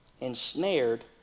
ensnared